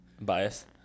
Bias